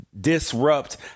disrupt